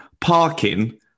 parking